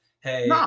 hey